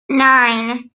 nine